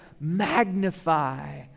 magnify